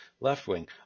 left-wing